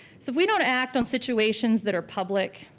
so if we don't act on situations that are public,